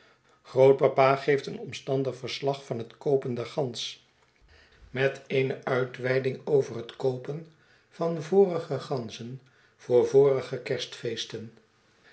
grootpapa geeft een omstandig verslag van het koopen der gans met eene schetsen van boz uitweiding over het koopen van vorige ganzen voor vorige kerstfeesten